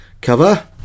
cover